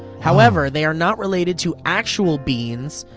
however, they are not related to actual beans,